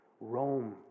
Rome